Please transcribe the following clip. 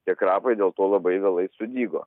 tie krapai dėl to labai vėlai sudygo